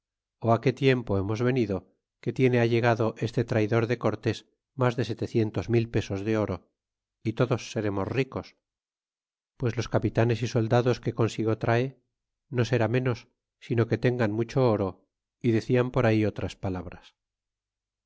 que tiempo hemos venido que tiene allegado este traydor de cortés mas de setecientos mil pesos de oro y todos seremos ricos pues los capitanes y soldados que consigo trae no será ménos sino que tengan mucho oro y de clan por ahí otras palabras